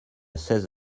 seize